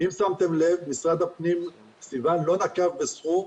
אם שמתם לב, משרד הפנים, סיון לא נקב בסכום.